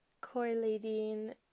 correlating